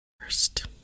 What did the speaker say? first